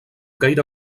gaire